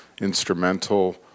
instrumental